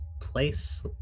place